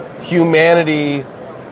humanity